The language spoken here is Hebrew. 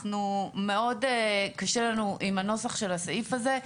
מאוד קשה לנו עם הנוסח של הסעיף הזה,